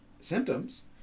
symptoms